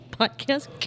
podcast